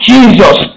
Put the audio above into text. Jesus